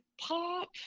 pop